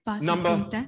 Number